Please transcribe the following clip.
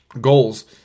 goals